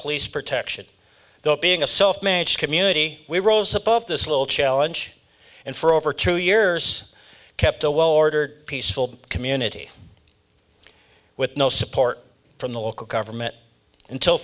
police protection though being a soft match community we rose above this little challenge and for over two years kept a well ordered peaceful community with no support from the local government until